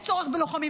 יש צורך בלוחמים,